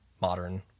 modern